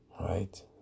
right